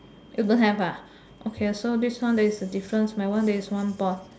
don't have ah okay so this one then is the difference my one there is one board